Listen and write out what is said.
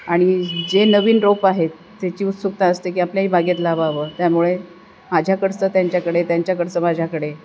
आणि जे नवीन रोप आहेत त्याची उत्सुकता असते की आपल्याही बागेतला लावावं त्यामुळे माझ्याकडचं त्यांच्याकडे त्यांच्याकडचं माझ्याकडे